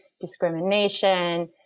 discrimination